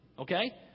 Okay